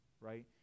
right